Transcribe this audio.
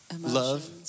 love